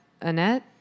Annette